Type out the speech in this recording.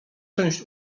część